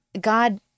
God